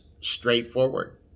straightforward